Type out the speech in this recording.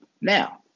Now